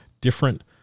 different